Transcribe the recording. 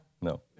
No